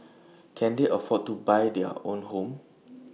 can they afford to buy their own home